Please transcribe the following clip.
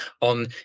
on